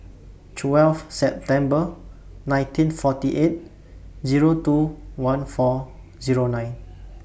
twelve September nineteen forty eight Zero two one four Zero nine